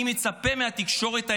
אני מצפה מהתקשורת הישראלית,